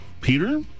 Peter